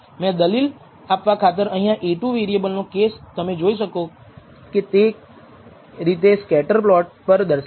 મેં દલીલ આપવા ખાતર અહીંયા A2 વેરિએબલ નો કેસ તમે જોઈ શકો તે રીતે સ્કેટર પ્લોટ પર દર્શાવેલ છે